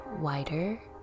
wider